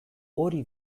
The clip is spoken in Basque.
hori